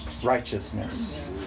righteousness